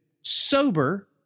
sober